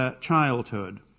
childhood